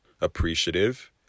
appreciative